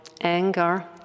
anger